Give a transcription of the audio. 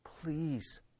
Please